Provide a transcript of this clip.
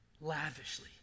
lavishly